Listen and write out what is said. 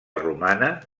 romana